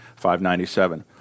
597